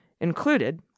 included